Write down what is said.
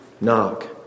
knock